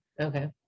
Okay